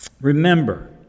Remember